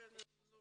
לכן לא